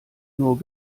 nur